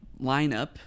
lineup